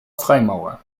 freimaurer